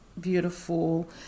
beautiful